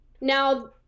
Now